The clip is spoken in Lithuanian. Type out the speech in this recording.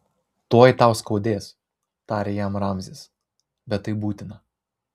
tuoj tau skaudės tarė jam ramzis bet tai būtina